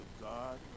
God